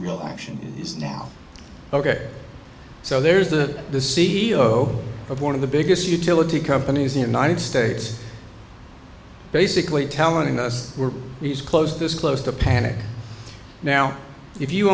real action is now ok so there's the the c e o of one of the biggest utility companies the united states basically telling us we're these close this close to panic now if you